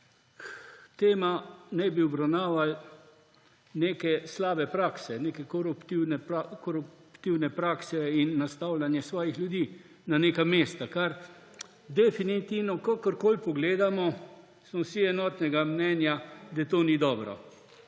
Tema naj bi obravnavala neke slabe prakse, neke koruptivne prakse in nastavljanje svojih ljudi na neka mesta, kar definitivno, karkoli pogledamo, smo vsi enotnega mnenja, da to ni dobro.